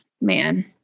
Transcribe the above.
man